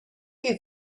you